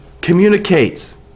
communicates